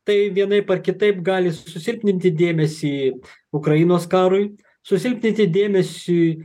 tai vienaip ar kitaip gali susilpninti dėmesį ukrainos karui susilpninti dėmesį